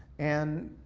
and